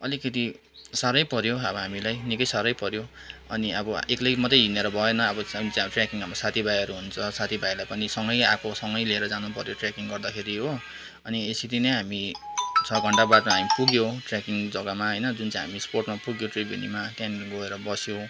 अलिकति साह्रै पऱ्यो अब हामीलाई निकै साह्रै पऱ्यो अनि अब एक्लै मात्रै हिँडेर भएन अब ट्रेकिङ हाम्रो साथीभाइहरू हुन्छ साथीभाइहरूलाई पनि सँगै आफूसँगै लिएर जानुपऱ्यो ट्रेकिङ गर्दाखेरि हो अनि यसरी नै हामी छः घन्टा बादमा हामी पुग्यौँ ट्रेकिङ जग्गामा होइन जुन चाहिँ हामी स्पोर्टमा पुग्यो जग्गामा त्यो त्रिवेणीमा त्यहाँदेखि गएर बस्यौँ